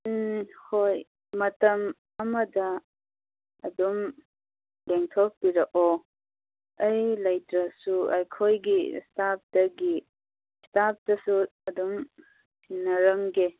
ꯎꯝ ꯍꯣꯏ ꯃꯇꯝ ꯑꯃꯗ ꯑꯗꯨꯝ ꯂꯦꯡꯊꯣꯛꯄꯤꯔꯛꯑꯣ ꯑꯩ ꯂꯩꯇ꯭ꯔꯁꯨ ꯑꯩꯈꯣꯏꯒꯤ ꯁ꯭ꯇꯥꯐꯇꯒꯤ ꯁ꯭ꯇꯥꯐꯇꯁꯨ ꯑꯗꯨꯝ ꯁꯤꯟꯅꯔꯝꯒꯦ